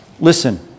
Listen